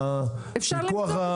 נגיד לוקחים את